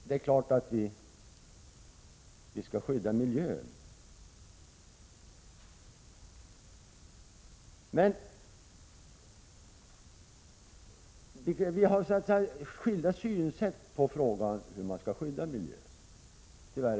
Det är klart att vi skall skydda miljön, Viola Claesson. Men vi har skilda synsätt på hur man skall skydda miljön — tyvärr.